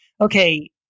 okay